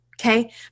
Okay